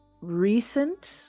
recent